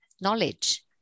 knowledge